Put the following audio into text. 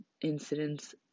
incidents